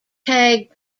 tag